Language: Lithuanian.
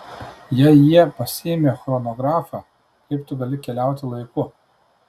jei jie pasiėmė chronografą kaip tu gali keliauti laiku